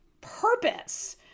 purpose